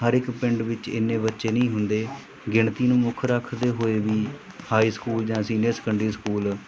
ਹਰ ਇੱਕ ਪਿੰਡ ਵਿੱਚ ਇੰਨੇ ਬੱਚੇ ਨਹੀਂ ਹੁੰਦੇ ਗਿਣਤੀ ਨੂੰ ਮੁੱਖ ਰੱਖਦੇ ਹੋਏ ਵੀ ਹਾਈ ਸਕੂਲ ਜਾਂ ਸੀਨੀਅਰ ਸੈਕੰਡਰੀ ਸਕੂਲ